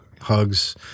Hugs